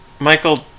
Michael